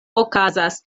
okazas